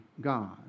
God